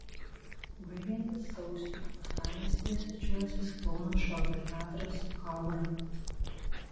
baigiantis sausiui uostamiestyje svečiuosis kauno šokio teatras aura